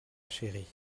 chérie